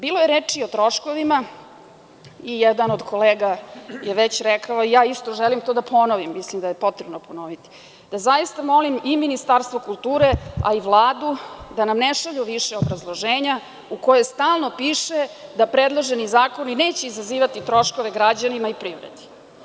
Bilo je reči o troškovima i jedan od kolega je već rekao i ja isto želim to da ponovim, mislim da je potrebno ponoviti, zaista molim i Ministarstvo kulture, a i Vladu, da nam ne šalju više obrazloženja u koja stalno piše da predloženi zakoni neće izazivati troškove građanima i privredi.